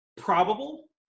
probable